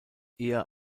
eher